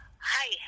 Hi